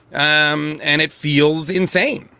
um and it feels insane.